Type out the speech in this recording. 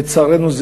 לצערנו,